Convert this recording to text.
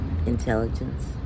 intelligence